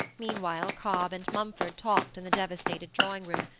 meanwhile, cobb and mumford talked in the devastated drawing-room,